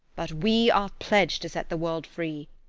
but we are pledged to set the world free.